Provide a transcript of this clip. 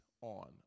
on